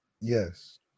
yes